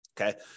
Okay